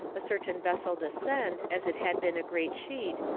a certain vessel descend, as it had been a great sheet,